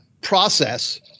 process